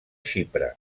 xipre